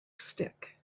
stick